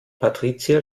patricia